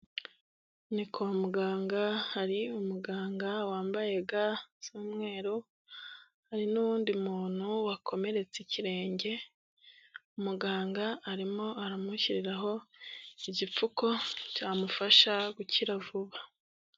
Ni kwa muganga hari umuganga wambaye ga z'umweru, hari n'uwundi muntu wakomeretse ikirenge, muganga arimo aramushyiriraho igipfuko cyamufasha gukira vuba.